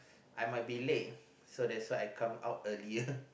I might be late so that's why I come out earlier